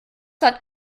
hat